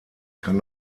kann